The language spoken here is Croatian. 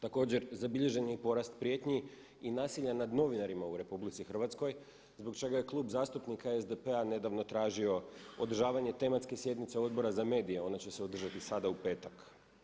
Također zabilježen je i porast prijetnji i nasilja nad novinarima u RH zbog čega je Klub zastupnika SDP-a nedavno tražio održavanje tematske sjednice Odbora za medije, ona će se održati sada u petak.